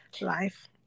life